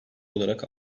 olarak